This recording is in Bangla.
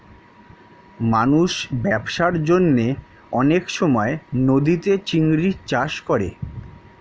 মানুষ ব্যবসার জন্যে অনেক সময় নদীতে চিংড়ির চাষ করে